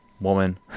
Woman